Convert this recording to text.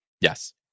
Yes